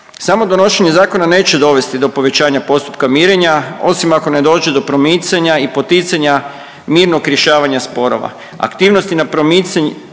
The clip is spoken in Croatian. Samo donošenje zakona neće dovesti do povećanja postupka mirenja osim ako ne dođe do promicanja i poticanja mirnog rješavanja sporova. Aktivnosti na promicanju